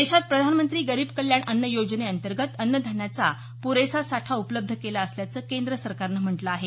देशात प्रधानमंत्री गरीब कल्याण अन्न योजनेअंतर्गत अन्न धान्याचा प्रेसा साठा उपलब्ध केला असल्याचं केंद्र सरकारनं म्हटल आहे